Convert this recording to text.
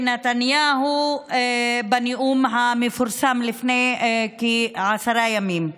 נתניהו בנאום המפורסם לפני כעשרה ימים.